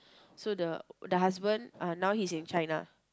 so the the husband uh now he's in China